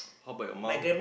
how about your mum